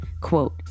quote